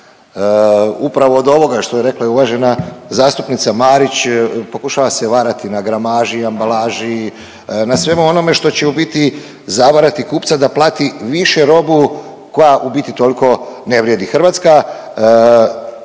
Upravo od ovoga što je rekla i uvažena zastupnica Marić, pokušava se varati na gramaži, ambalaži, na svemu onome što će u biti zavarati kupca da plati više robu koja u biti toliko ne vrijedi. Hrvatska